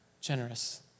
generous